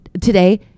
today